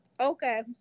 okay